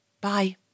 Bye